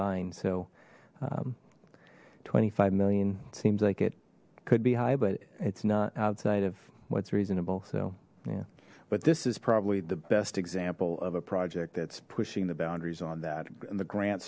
line so twenty five million seems like it could be high but it's not outside of what's reasonable so yeah but this is probably the best example of a project that's pushing the boundaries on that and the grant